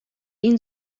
این